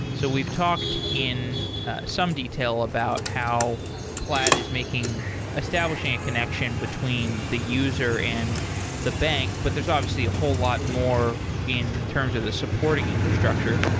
so we've talked in some detail about how plaid is establishing a connection between the user and the bank. but there's obviously a whole lot more in terms of the supporting infrastructure.